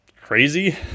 crazy